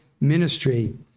ministry